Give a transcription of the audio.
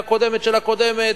והקודמת של הקודמת.